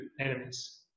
enemies